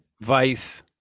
vice